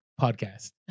Podcast